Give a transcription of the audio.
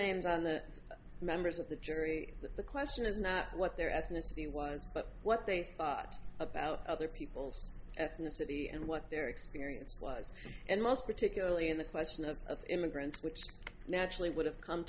surnames on the members of the jury that the question is not what their ethnicity was but what they thought about other people's ethnicity and what their experience was and most particularly in the question of immigrants which naturally would have come